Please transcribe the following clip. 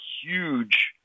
huge